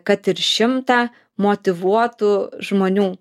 kad ir šimtą motyvuotų žmonių